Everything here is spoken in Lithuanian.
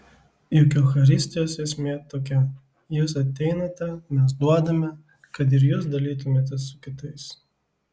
juk eucharistijos esmė tokia jūs ateinate mes duodame kad ir jūs dalytumėtės su kitais